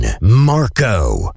Marco